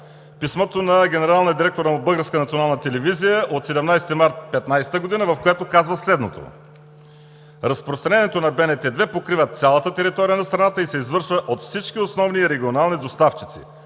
национална телевизия от 17 март 2015 г., в което казва следното: „Разпространението на БНТ 2 покрива цялата територия на страната и се извършва от всички основни регионални доставчици.